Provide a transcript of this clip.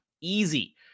easy